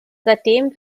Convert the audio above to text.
seitdem